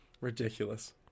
Ridiculous